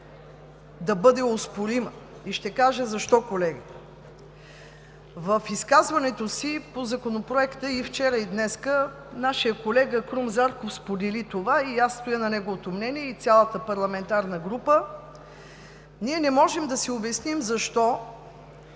да бъде оспорима и ще кажа защо, колеги. В изказването си по Законопроекта и вчера, и днес, нашият колега Крум Зарков сподели това, и аз стоя на неговото мнение, и цялата парламентарна група: ние не можем да си обясним защо